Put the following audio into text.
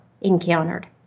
encountered